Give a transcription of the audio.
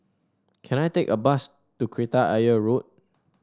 can I take a bus to Kreta Ayer Road